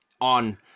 on